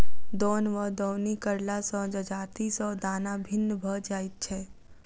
दौन वा दौनी करला सॅ जजाति सॅ दाना भिन्न भ जाइत छै